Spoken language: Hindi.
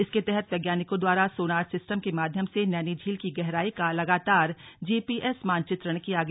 इसके तहत वैज्ञानिकों द्वारा सोनार सिस्टम के माध्यम से नैनी झील की गहराई का लगातार जीपीएस मानचित्रण किया गया